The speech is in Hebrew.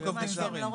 לחוק עובדים זרים,